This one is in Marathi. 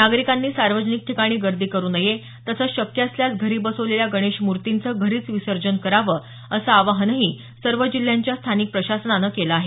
नागरिकांनी सार्वजनिक ठिकाणी गर्दी करू नये तसंच शक्य असल्यास घरी बसवलेल्या गणेश मूर्तींचे घरीच विसर्जन करावं असं आवाहनही सर्व जिल्ह्यांच्या स्थानिक प्रशासनानं केलं आहे